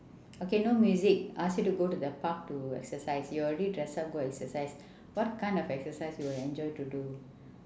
okay no music ask you to go to the park to exercise you already dress up go exercise what kind of exercise you would enjoy to do